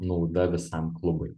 nauda visam klubui